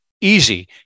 Easy